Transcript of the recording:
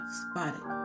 spotted